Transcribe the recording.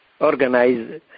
organize